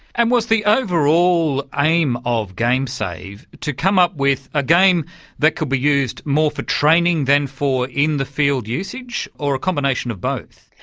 and was the overall aim of gamesave to come up with a game that could be used more for training than for in-the-field usage, or a combination of both?